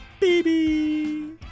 baby